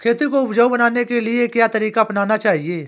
खेती को उपजाऊ बनाने के लिए क्या तरीका अपनाना चाहिए?